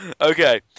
Okay